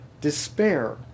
Despair